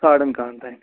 sudden کاہن تانۍ